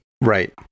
Right